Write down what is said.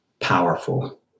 powerful